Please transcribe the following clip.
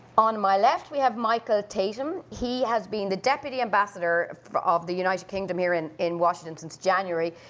on my left we have michael tatham. he has been the deputy ambassador of the united kingdom here in in washington since january.